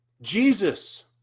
Jesus